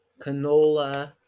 canola